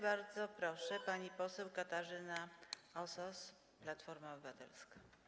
Bardzo proszę, pani poseł Katarzyna Osos, Platforma Obywatelska.